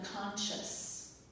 conscious